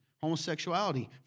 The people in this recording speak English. homosexuality